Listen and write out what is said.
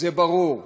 זה ברור: